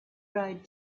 road